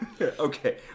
okay